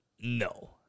No